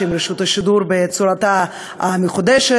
עם רשות השידור בצורתה המחודשת,